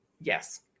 Yes